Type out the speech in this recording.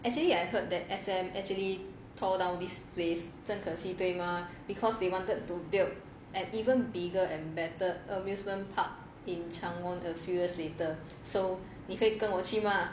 actually I heard that S_M actually torn down our this place 真可惜对 mah because they wanted to build a even bigger and better amusement park in a few years later so 你会跟我去吗